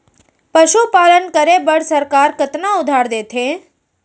पशुपालन करे बर सरकार कतना उधार देथे?